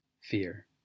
Fear